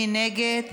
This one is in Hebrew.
מי נגד?